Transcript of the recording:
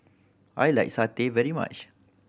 I like satay very much